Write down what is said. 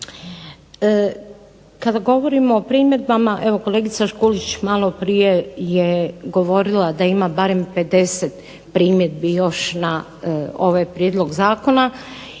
Kada govorim o primjedbama, evo kolegica Škulić maloprije je govorila da ima bar 50 primjedbi još na ovaj prijedlog zakona,